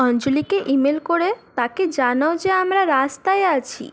অঞ্জলিকে email করে তাকে জানাও যে আমরা রাস্তায় আছি